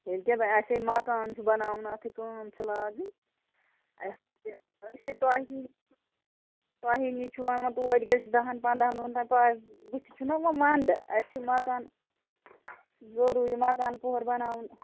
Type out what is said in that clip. ییٚلہِ اَسے مَکانہٕ چھُ بَناوُن اَتھ ہے کٲم چھِ لٲگٕنۍ اَسہِ چھِ تۄہہِ نِش یِوان وۅنۍ توتہِ گژھِ دَہن پَنٛداہَن دۄہَن تام پرٛارُن بٔتھِ چھُناہ وۅنۍ وَنٛدٕ اَسہِ چھُ مَکانہٕ ضروٗری مَکانہٕ پور بَناوُن